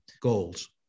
goals